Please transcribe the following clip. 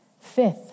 Fifth